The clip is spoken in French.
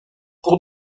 pour